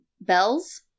bells